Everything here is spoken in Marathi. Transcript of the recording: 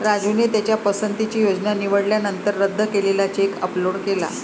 राजूने त्याच्या पसंतीची योजना निवडल्यानंतर रद्द केलेला चेक अपलोड केला